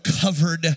covered